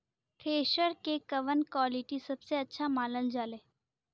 Thresher के कवन quality सबसे अच्छा मानल जाले?